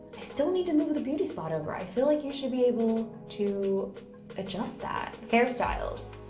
i still need to move the beauty spot over. i feel like you should be able to adjust that. hairstyles.